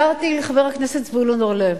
התקשרתי לחבר הכנסת זבולון אורלב,